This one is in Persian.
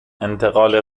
انتقال